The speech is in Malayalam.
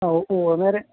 ആ ഉവ്വ് നേരെ